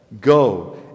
go